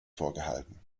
vorgehalten